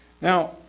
Now